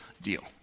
deal